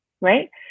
right